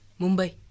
Mumbai